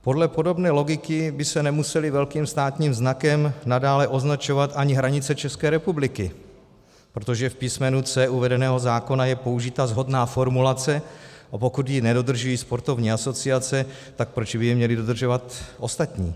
Podle podobné logiky by se nemusely velkým státním znakem nadále označovat ani hranice České republiky, protože v písmenu c) uvedeného zákona je použita shodná formulace, a pokud ji nedodržují sportovní asociace, tak proč by ji měli dodržovat ostatní?